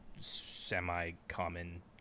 semi-common